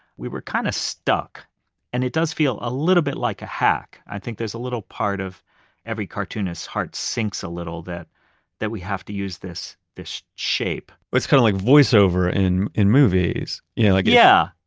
we were kind of stuck and it does feel a little bit like a hack. i think there's a little part of every cartoonist's heart sinks a little that that we have to use this this shape it's kind of like voiceover in in movies yeah like yeah,